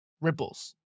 ripples